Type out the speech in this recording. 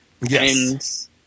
Yes